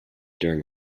during